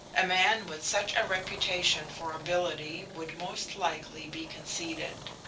a man with such a reputation for ability would most likely be conceited.